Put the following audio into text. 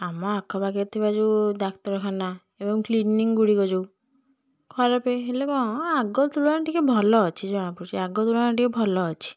ଆମ ଆଖପାଖରେ ଥିବା ଯେଉଁ ଡାକ୍ତରଖାନା ଏବଂ କ୍ଲିନିକ୍ ଗୁଡ଼ିକ ଯେଉଁ ଖରାପ ହେଲେ କ'ଣ ହେବ ଆଗ ତୁଳନାରେ ଟିକିଏ ଭଲ ଅଛି ଜଣାପଡ଼ୁଛି ଆଗ ତୁଳନାରେ ଟିକିଏ ଭଲ ଅଛି